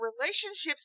relationships